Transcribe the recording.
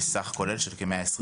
בסך כולל של כ-120 מיליון שקלים.